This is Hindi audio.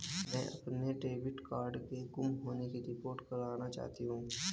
मैं अपने डेबिट कार्ड के गुम होने की रिपोर्ट करना चाहती हूँ